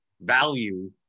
value